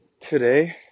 today